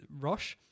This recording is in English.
Rosh